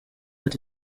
ati